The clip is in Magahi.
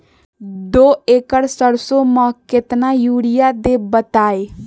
दो एकड़ सरसो म केतना यूरिया देब बताई?